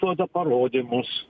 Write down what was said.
duoda parodymus